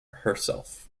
herself